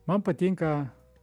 man patinka